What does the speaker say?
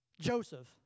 Joseph